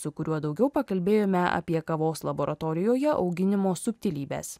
su kuriuo daugiau pakalbėjome apie kavos laboratorijoje auginimo subtilybes